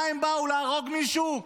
מה הם באו, להרוג מישהו?